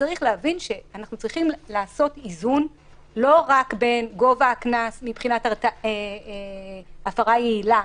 צריך להבין שעלינו לעשות איזון לא רק לגבי גובה הקנס מבחינת הפרה יעילה